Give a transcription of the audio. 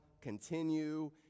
continue